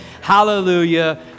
Hallelujah